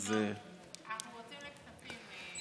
אנחנו רוצים לכספים.